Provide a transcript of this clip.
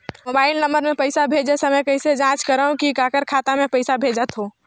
Mobile number मे पइसा भेजे समय कइसे जांच करव की काकर खाता मे पइसा भेजात हे?